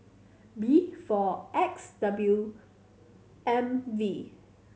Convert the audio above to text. B four X W M V